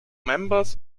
members